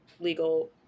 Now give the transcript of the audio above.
legal